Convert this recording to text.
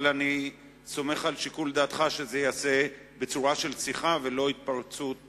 אבל אני סומך על שיקול דעתך שזה ייעשה בצורה של שיחה ולא התפרצות.